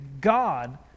God